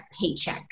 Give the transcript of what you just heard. paycheck